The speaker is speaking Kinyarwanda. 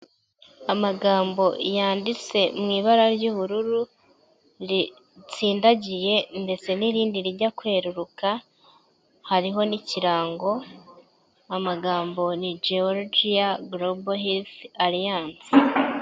Amagambo yanditse mu ibara ry'ubururu ritsindagiye ndetse n'irindi rijya kweruruka hariho n'ikirango amagambo ni georgia globa hit alliance.